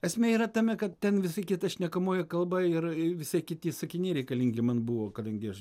esmė yra tame kad ten visai kita šnekamoji kalba ir visai kiti sakiniai reikalingi man buvo kadangi aš